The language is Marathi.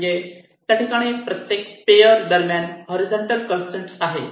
म्हणजे त्या ठिकाणी प्रत्येक पेअर दरम्यान हॉरीझॉन्टल कंसट्रेन आहेत